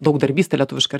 daugdarbystė lietuviškai ar